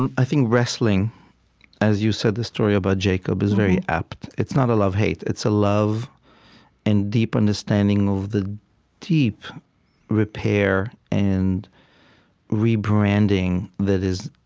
and i think wrestling as you said, the story about jacob is very apt. it's not a love hate. it's a love and deep understanding of the deep repair and rebranding that is,